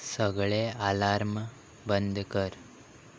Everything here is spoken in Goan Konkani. सगळे आलार्म बंद कर